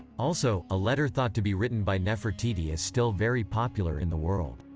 also, a letter thought to be written by nefertiti is still very popular in the world.